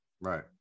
Right